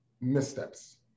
missteps